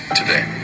today